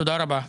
תודה רבה.